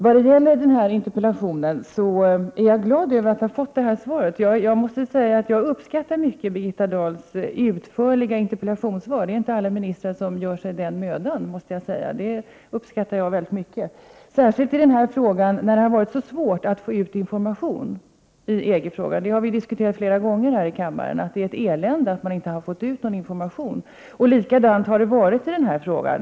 Jag är glad över att ha fått det här svaret på interpellationen. Jag måste säga att jag mycket uppskattar Birgitta Dahls utförliga interpellationssvar — det är inte alla ministrar som gör sig den mödan! Särskilt uppskattar jag detta i just denna fråga. Vi har ju flera gånger diskuterat här i kammaren vilket elände det är när man vill få information i EG-frågan, och likadant har det varit i denna fråga.